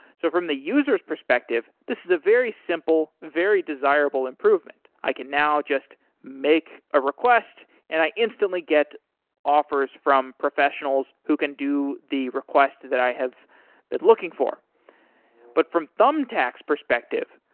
so from the user s perspective, this is a very simple, very desirable improvement. i can now just make a request and i instantly get offers from professionals who can do the request that i have been looking for but from thumbtack's perspective,